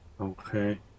Okay